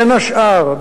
בין השאר,